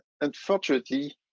unfortunately